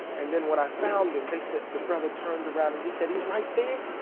and then when i found him, they said, the brother turned around and he said, he's right there.